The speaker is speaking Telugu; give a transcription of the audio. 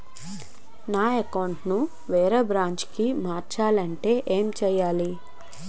నా అకౌంట్ ను వేరే బ్రాంచ్ కి మార్చాలి అంటే ఎం చేయాలి?